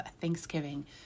Thanksgiving